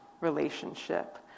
relationship